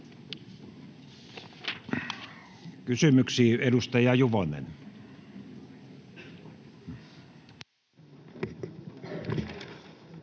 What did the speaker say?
Kysymyksiin, edustaja Juvonen.